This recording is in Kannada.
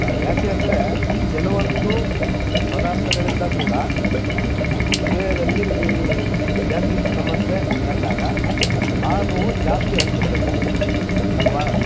ಹಾಂ ಯಾಕೆಂದರೆ ಕೆಲವೊಂದು ಪದಾರ್ಥಗಳಿಂದ ಕೂಡ ದೇಹದಲ್ಲಿ ಈ ಗ್ಯಾಸ್ಟ್ರಿಕ್ ಸಮಸ್ಯೆ ಕಂಡಾಗ ಆ ನೋವು ಜಾಸ್ತಿ ಅನಿಸುತ್ತೆ ನಿಮಗೆ ಅಲ್ವಾ